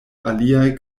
aliaj